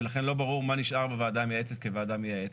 ולכן לא ברור מה נשאר בוועדה המייעצת כוועדה מייעצת.